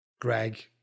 Greg